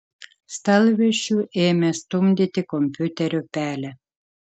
stalviršiu ėmė stumdyti kompiuterio pelę